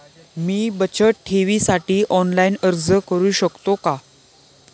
मी बचत ठेवीसाठी ऑनलाइन अर्ज करू शकतो का?